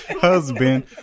husband